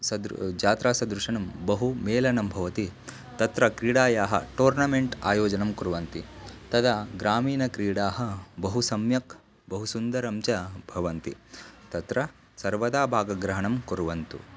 सदृ जात्रा सदृशं बहु मेलनं भवति तत्र क्रीडायाः टूर्नमेन्ट् आयोजनं कुर्वन्ति तदा ग्रामीणक्रीडाः बहु सम्यक् बहु सुन्दरं च भवन्ति तत्र सर्वदा भागग्रहणं कुर्वन्तु